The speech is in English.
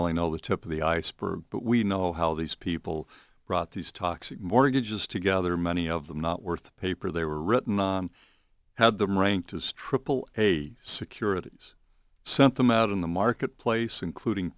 only know the tip of the iceberg but we know how these people brought these toxic mortgages together many of them not worth the paper they were written had them ranked as triple a securities sent them out in the marketplace including